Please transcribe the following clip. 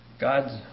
God's